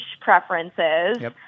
preferences